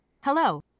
Hello